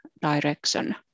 direction